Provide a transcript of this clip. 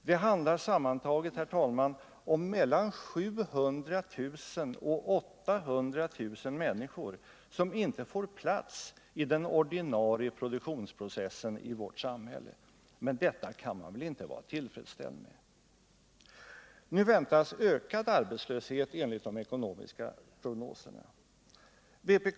Det handlar sammantaget, herr talman, om mellan 700 000 och 800 000 människor, som inte får plats i den ordinarie produktionsprocessen i vårt samhälle. Detta kan man väl inte vara tillfredsställd med? Nu väntas enligt de ekonomiska prognoserna ökad arbetslöshet.